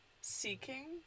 seeking